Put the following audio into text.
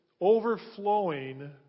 overflowing